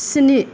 स्नि